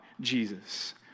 Jesus